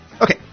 Okay